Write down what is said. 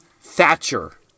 Thatcher